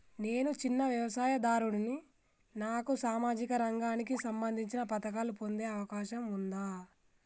నేను చిన్న వ్యవసాయదారుడిని నాకు సామాజిక రంగానికి సంబంధించిన పథకాలు పొందే అవకాశం ఉందా?